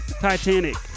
Titanic